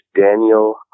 Daniel